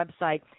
website